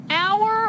hour